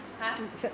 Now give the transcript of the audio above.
!huh!